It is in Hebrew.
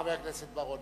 חבר הכנסת רוני בר-און,